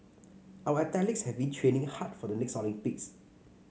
our athletes have been training hard for the next Olympics